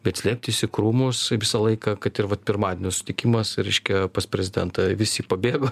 bet slėptis į krūmus visą laiką kad ir vat pirmadienio sutikimas reiškia pas prezidentą visi pabėgo